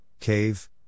Cave